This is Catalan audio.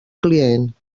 client